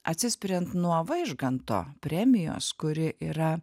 atsispiriant nuo vaižganto premijos kuri yra